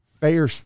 fair